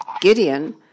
Gideon